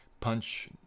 punch